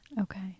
Okay